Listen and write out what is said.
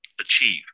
achieve